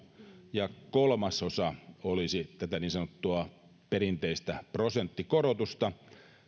ja kolmasosa olisi tätä niin sanottua perinteistä prosenttikorotusta